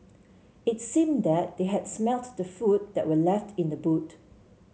it seemed that they had smelt the food that were left in the boot